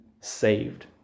saved